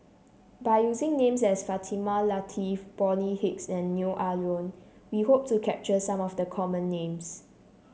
by using names as Fatimah Lateef Bonny Hicks and Neo Ah Luan we hope to capture some of the common names